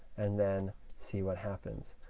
and then see what happens.